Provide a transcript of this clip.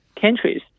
countries